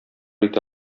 итә